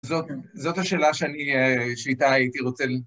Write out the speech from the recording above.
זאת השאלה שאני... שאיתה הייתי רוצה...